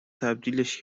تبدیلش